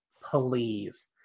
please